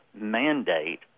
mandate